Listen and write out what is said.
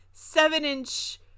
Seven-inch